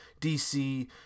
DC